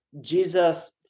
Jesus